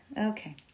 Okay